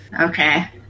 Okay